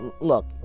look